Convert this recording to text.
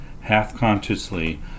Half-consciously